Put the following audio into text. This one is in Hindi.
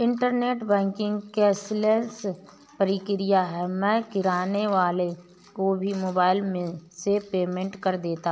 इन्टरनेट बैंकिंग कैशलेस प्रक्रिया है मैं किराने वाले को भी मोबाइल से पेमेंट कर देता हूँ